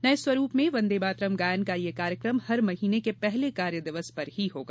नये स्वरूप में वन्दे मातरम गायन का यह कार्यक्रम हर महीने के पहले कार्य दिवस पर ही होगा